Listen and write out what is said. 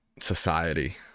society